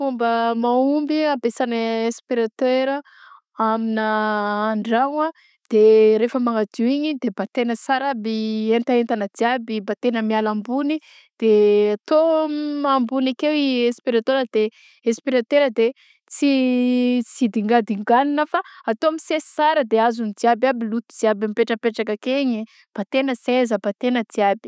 Ny fomba mahomby ampesagna aspiratera aminà an-dragno a de rehefa magnadio igny a de bataigna tsara aby entaentagna jiaby batena miala ambony de atao ambony ekeo i inspirateur de inspirateur de tsy tsy digadinganina fa atao misesy sara de azony jiaby aby loto jiaby mipetrapetraka ake igny batena seza batena jiaby.